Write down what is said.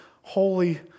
holy